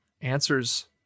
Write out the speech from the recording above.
answers